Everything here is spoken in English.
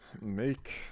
make